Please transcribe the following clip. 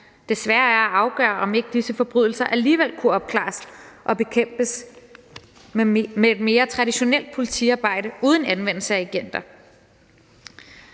Det svære er at afgøre, om ikke disse forbrydelser alligevel kunne opklares og bekæmpes med et mere traditionelt politiarbejde uden anvendelse af agenter.